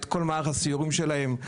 את כל מערך הסיורים שלהם,